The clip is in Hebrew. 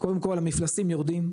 קודם כל המפלסים יורדים,